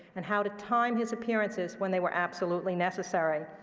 and how to time his appearances when they were absolutely necessary.